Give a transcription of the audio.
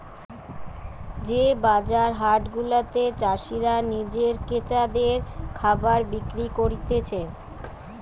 যে বাজার হাট গুলাতে চাষীরা নিজে ক্রেতাদের খাবার বিক্রি করতিছে